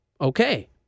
okay